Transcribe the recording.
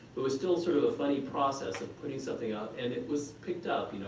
but was still sort of a funny process of putting something up and it was picked up. you know